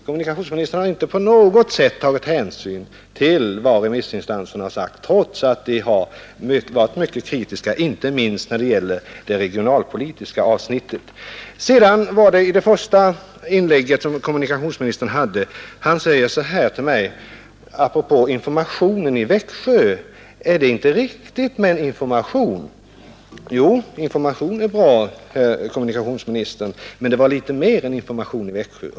Kommunikationsministern har inte tagit någon hänsyn till vad remissinstanserna har sagt trots att de har varit mycket kritiska, inte minst när det gäller det regionalpolitiska avsnittet. I sitt första inlägg frågade kommunikationsministern mig apropå informationen i Växjö, om inte information är viktig. Jo, herr kommunikationsminister, men det var litet mer än information i Växjö.